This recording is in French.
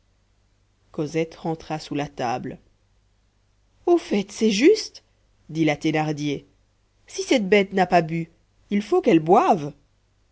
cosette rentra sous la table au fait c'est juste dit la thénardier si cette bête n'a pas bu il faut qu'elle boive